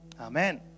Amen